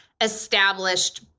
established